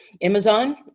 amazon